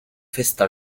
festa